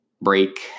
break